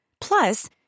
Plus